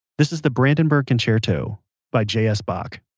this is the brandenburg concerto by j s. bach